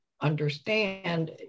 understand